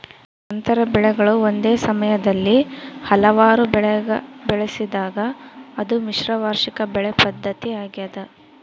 ಅಂತರ ಬೆಳೆಗಳು ಒಂದೇ ಸಮಯದಲ್ಲಿ ಹಲವಾರು ಬೆಳೆಗ ಬೆಳೆಸಿದಾಗ ಅದು ಮಿಶ್ರ ವಾರ್ಷಿಕ ಬೆಳೆ ಪದ್ಧತಿ ಆಗ್ಯದ